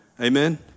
Amen